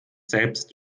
selbst